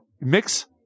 Mix